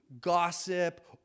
gossip